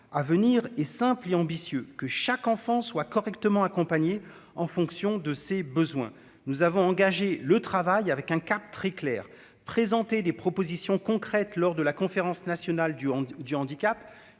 venir est simple et ambitieux que chaque enfant soient correctement accompagnés en fonction de ses besoins, nous avons engagé le travail avec un cap très clair : présenter des propositions concrètes lors de la conférence nationale du du handicap,